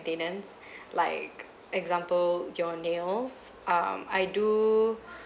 maintainance like example your nails um I do